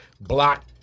block